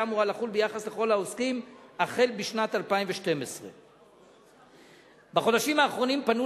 אמורה לחול על כל העוסקים החל בשנת 2012. בחודשים האחרונים פנו